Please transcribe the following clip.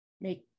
make